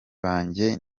banjye